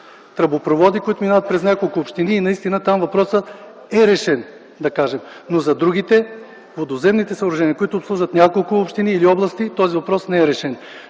тръбопроводи, които преминават през няколко общини и наистина там въпросът е решен, да кажем. Но за другите – водоземните съоръжения, които обслужват няколко общини или области – този въпрос не е решен.